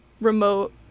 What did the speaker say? remote